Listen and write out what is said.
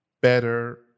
better